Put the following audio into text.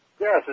Yes